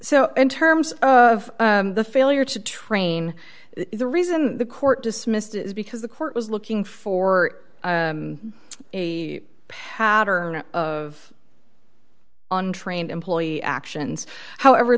so in terms of the failure to train is the reason the court dismissed is because the court was looking for a pattern of untrained employee actions however